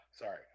sorry